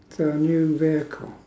it's a new vehicle